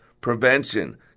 prevention